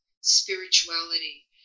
spirituality